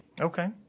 Okay